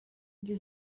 gdy